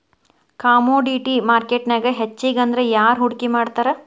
Commodity ಮಾರ್ಕೆಟ್ನ್ಯಾಗ್ ಹೆಚ್ಗಿಅಂದ್ರ ಯಾರ್ ಹೂಡ್ಕಿ ಮಾಡ್ತಾರ?